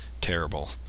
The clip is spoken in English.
terrible